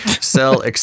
sell